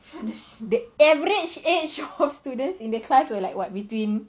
the average age of students in the class were like what between